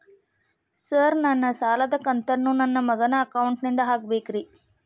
Sir ನನ್ನ ಸಾಲದ ಕಂತನ್ನು ನನ್ನ ಮಗನ ಅಕೌಂಟ್ ನಿಂದ ಹಾಕಬೇಕ್ರಿ?